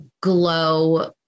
glow